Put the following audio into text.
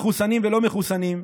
מחוסנים ולא מחוסנים,